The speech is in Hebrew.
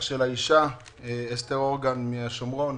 האישה אסתר הורגן מן השומרון.